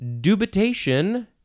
dubitation